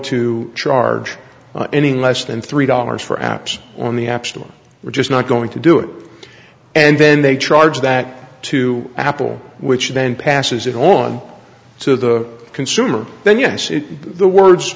to charge anything less than three dollars for apps on the app store we're just not going to do it and then they charge that to apple which then passes it on to the consumer then yes it's the words